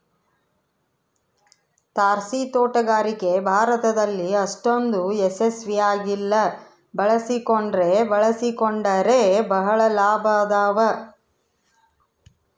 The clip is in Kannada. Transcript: ತಾರಸಿತೋಟಗಾರಿಕೆ ಭಾರತದಲ್ಲಿ ಅಷ್ಟೊಂದು ಯಶಸ್ವಿ ಆಗಿಲ್ಲ ಬಳಸಿಕೊಂಡ್ರೆ ಬಳಸಿಕೊಂಡರೆ ಬಹಳ ಲಾಭ ಅದಾವ